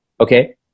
okay